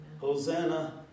Hosanna